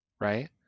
right